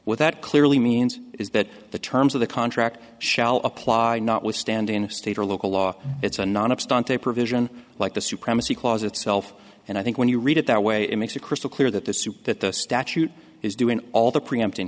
without clearly means is that the terms of the contract shall apply notwithstanding the state or local law its anonymous dante provision like the supremacy clause itself and i think when you read it that way it makes it crystal clear that the suit that the statute is doing all the preempt in